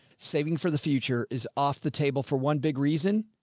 saving for the future is off the table for one big reason.